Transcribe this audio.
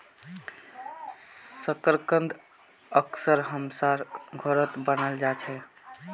शकरकंद अक्सर हमसार घरत बनाल जा छे